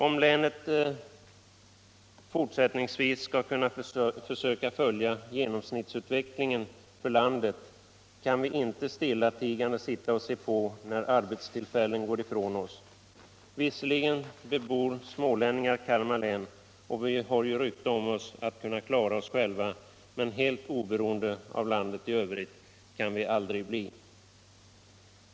Om länet fortsättningsvis skall kunna försöka följa genomsnittsutvecklingen för landet, kan vi inte stillatigande sitta och se på när arbetstillfällen går ifrån oss. Visserligen bebor smålänningar Kalmar län och vi har ju rykte om oss att kunna klara oss själva, men helt oberoende av landet i övrigt kan vi aldrig bli.